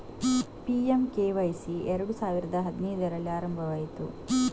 PMKSY ಎರಡು ಸಾವಿರದ ಹದಿನೈದರಲ್ಲಿ ಆರಂಭವಾಯಿತು